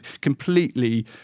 completely